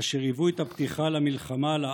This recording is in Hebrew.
אשר היוו את הפתיחה למלחמה על הארץ,